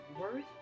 worth